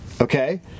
Okay